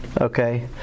Okay